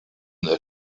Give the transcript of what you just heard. that